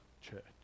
church